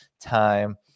time